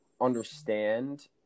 understand